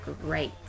great